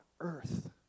earth